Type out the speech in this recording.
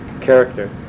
character